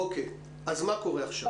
אוקיי, אז מה קורה עכשיו?